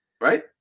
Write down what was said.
right